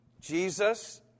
Jesus